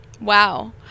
wow